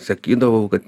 sakydavau kad